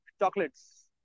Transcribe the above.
chocolates